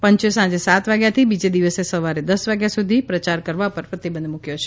પંચે સાંજે સાત વાગ્યાથી બીજે દિવસે સવારે દસ વાગ્યા સુધી પ્રયાર કરવા પર પ્રતિબંધ મૂક્યો છે